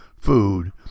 food